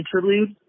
interlude